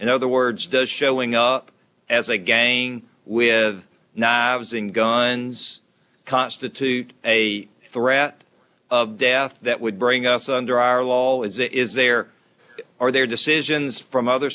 in other words does showing up as a gang with knives and guns constitute a threat of death that would bring us under our law was it is there are there decisions from other